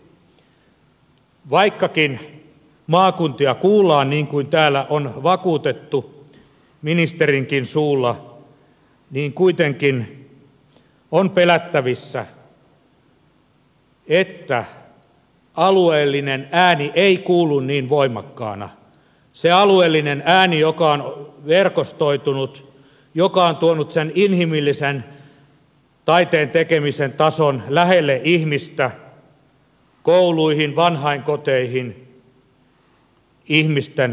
vaikkakin maakuntia kuullaan niin kuin täällä on vakuutettu ministerinkin suulla niin kuitenkin on pelättävissä että alueellinen ääni ei kuulu niin voimakkaana se alueellinen ääni joka on verkostoitunut joka on tuonut sen inhimillisen taiteen tekemisen tason lähelle ihmistä kouluihin vanhainkoteihin ihmisten arkeen